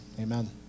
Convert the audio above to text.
amen